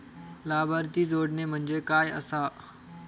लाभार्थी जोडणे म्हणजे काय आसा?